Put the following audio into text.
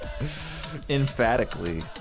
Emphatically